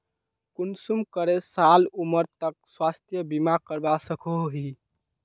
कुंसम करे साल उमर तक स्वास्थ्य बीमा करवा सकोहो ही?